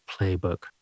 playbook